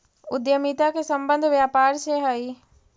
उद्यमिता के संबंध व्यापार से हई